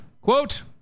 Quote